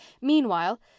Meanwhile